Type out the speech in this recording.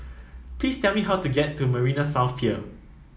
please tell me how to get to Marina South Pier